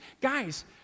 Guys